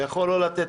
אתה יכול לא לתת,